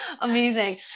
Amazing